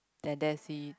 then that's it